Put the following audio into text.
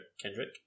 Kendrick